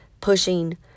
pushing